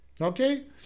Okay